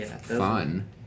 fun